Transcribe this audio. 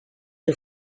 the